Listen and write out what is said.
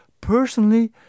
personally